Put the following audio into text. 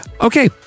Okay